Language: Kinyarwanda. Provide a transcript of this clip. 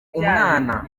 umwana